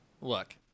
look